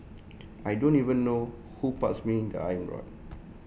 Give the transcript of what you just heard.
I don't even know who passed me the iron rod